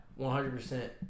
100%